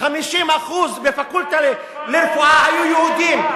50% בפקולטה לרפואה היו יהודים,